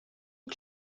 und